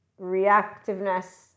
reactiveness